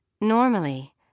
Normally